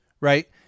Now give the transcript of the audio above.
right